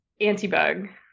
Antibug